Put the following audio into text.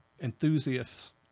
enthusiasts